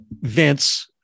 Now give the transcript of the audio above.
Vince